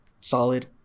solid